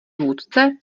vůdce